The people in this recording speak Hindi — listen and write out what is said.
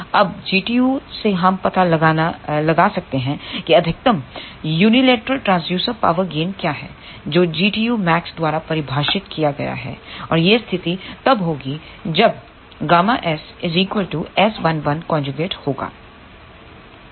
अब Gtu से हम पता लगा सकते हैं कि अधिकतम यूनिलैटरल ट्रांसड्यूसर पावर गेन क्या है जो Gtumax द्वारा परिभाषित किया गया है और यह स्थिति तब होगी जब Γs S11 होगा